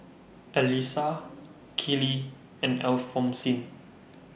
Elisa Keely and Alphonsine